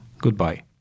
Goodbye